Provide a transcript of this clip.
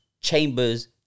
Chambers